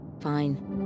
Fine